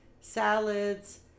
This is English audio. salads